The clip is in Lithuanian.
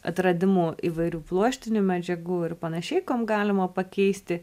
atradimu įvairių pluoštinių medžiagų ir panašiai kuom galima pakeisti